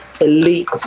elite